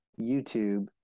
youtube